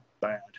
bad